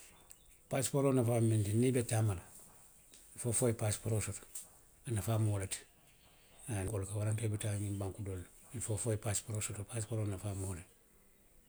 Paasipooroo nafaa mu miŋ ti niŋ i be taama la, fo fo i ye paasipooroo soto. A nafaa mu wo le ti. Haa niŋ i bi taa la ňiŋ banku doolu to. Ilifoo fo i ye paasipooroo soto; paasipooroo nafaa mu wo le ti.